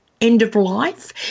end-of-life